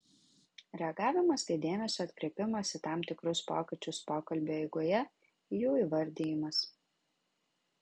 reagavimas tai dėmesio atkreipimas į tam tikrus pokyčius pokalbio eigoje jų įvardijimas